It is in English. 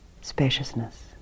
spaciousness